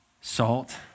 salt